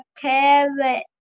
carrot